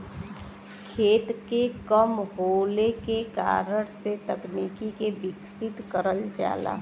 खेत के कम होले के कारण से तकनीक के विकसित करल जाला